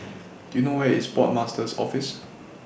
Do YOU know Where IS Port Master's Office